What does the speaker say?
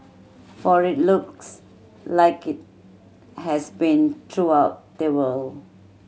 for it looks like it has been throughout the world